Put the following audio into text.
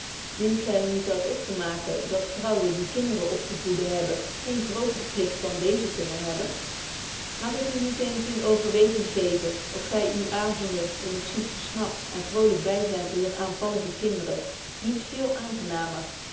dient gy er niet uit op te maken dat vrouwen die kinbetje wolff proeve over de opvoeding deren op te voeden hebben geen grooter pligt dan deezen kunnen hebben mag ik u niet eens in overweging geven of gy uwe avonden in het zoet gesnap en vrolyk byzyn uwer aanvallige kinderen niet veel aangenamer